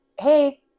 hey